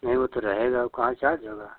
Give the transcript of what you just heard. नहीं वो तो रहेगा वो कहाँ चार्ज होगा